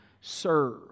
serve